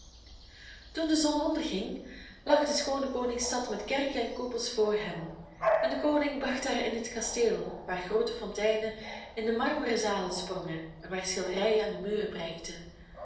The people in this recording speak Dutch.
toen de zon onderging lag de schoone koningstad met kerken en koepels voor hen en de koning bracht haar in het kasteel waar groote fonteinen in de marmeren zalen sprongen en waar schilderijen aan de muren prijkten